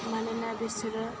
मानोना बिसोरो